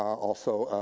also,